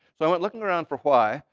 so i went looking around for why.